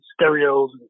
stereos